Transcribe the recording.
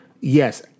yes